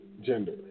gender